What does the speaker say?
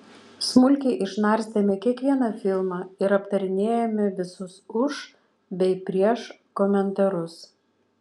smulkiai išnarstėme kiekvieną filmą ir aptarinėjome visus už bei prieš komentarus